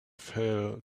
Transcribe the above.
fell